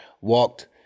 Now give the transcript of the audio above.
walked